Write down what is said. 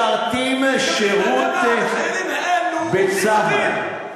משרתים שירות בצה"ל,